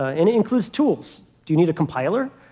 ah and it includes tools. do you need a compiler?